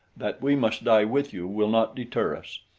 that we must die with you, will not deter us.